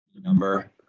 number